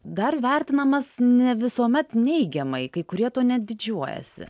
dar vertinamas ne visuomet neigiamai kai kurie tuo net didžiuojasi